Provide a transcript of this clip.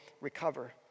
recover